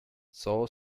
saw